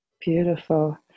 Beautiful